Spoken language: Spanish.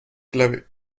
clave